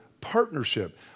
partnership